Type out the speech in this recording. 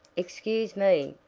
excuse me,